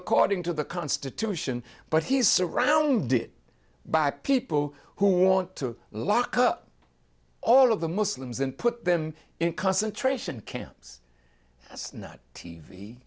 according to the constitution but he's surrounded by people who want to lock up all of the muslims and put them in concentration camp